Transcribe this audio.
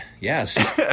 Yes